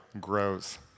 grows